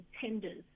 tenders